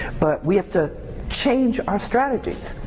but we have to change our strategies.